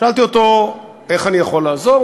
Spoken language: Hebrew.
שאלתי אותו איך אני יכול לעזור.